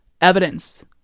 evidence